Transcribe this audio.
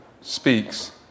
speaks